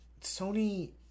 Sony